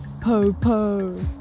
po-po